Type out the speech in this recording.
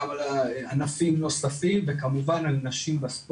גם על ענפים נוספים וכמובן גם על נשים בספורט,